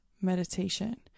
meditation